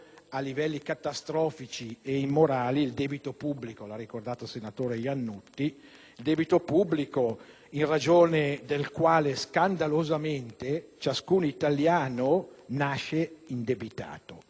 a livelli catastrofici e immorali il debito pubblico - l'ha ricordato il senatore Lannutti - in ragione del quale scandalosamente ciascun italiano nasce indebitato.